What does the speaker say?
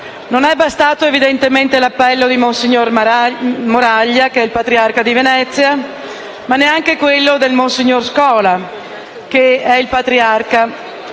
Non è bastato evidentemente l'appello di monsignor Moraglia, il patriarca di Venezia, ma neanche quello di monsignor Scola, che è il patriarca